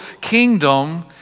kingdom